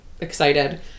excited